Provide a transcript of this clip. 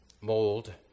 mold